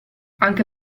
anche